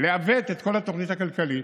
לעוות את כל התוכנית הכלכלית,